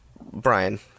Brian